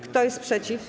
Kto jest przeciw?